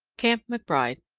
camp mcbride,